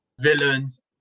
villains